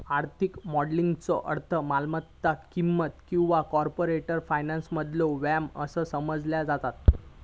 आर्थिक मॉडेलिंगचो अर्थ मालमत्ता किंमत किंवा कॉर्पोरेट फायनान्समधलो व्यायाम असा समजला जाता